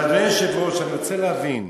אבל, אדוני היושב-ראש, אני רוצה להבין,